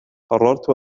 قررت